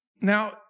now